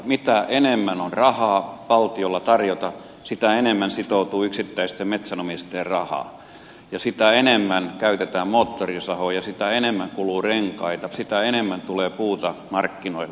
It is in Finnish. mitä enemmän on rahaa valtiolla tarjota sitä enemmän sitoutuu yksittäisten metsänomistajien rahaa ja sitä enemmän käytetään moottorisahoja sitä enemmän kuluu renkaita sitä enemmän tulee puuta markkinoille